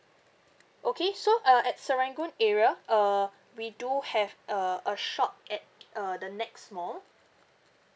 okay so uh at serangoon area uh we do have a a shop at uh the nex mall